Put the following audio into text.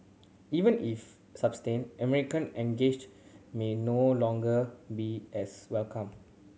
even if sustained American engage may no longer be as welcome